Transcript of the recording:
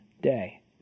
day